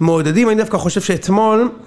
מעודדים. אני דווקא חושב שאתמול